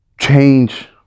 change